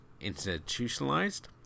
institutionalized